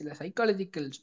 psychological